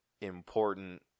important